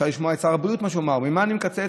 אפשר לשמוע את מה ששר הבריאות אמר: במה אני מקצץ?